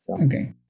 Okay